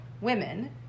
Women